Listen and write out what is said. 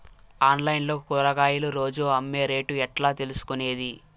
Online లో కూరగాయలు రోజు అమ్మే రేటు ఎట్లా తెలుసుకొనేది?